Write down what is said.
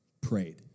prayed